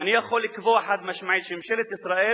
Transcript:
אני יכול לקבוע חד-משמעית שממשלת ישראל,